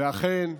ואכן,